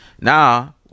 Now